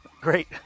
Great